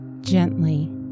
gently